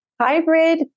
Hybrid